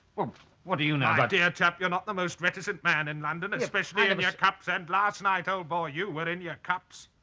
well what do you know dear chap you're not the most reticent man in london especially in your cups and last night old boy you were in your cups.